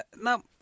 Now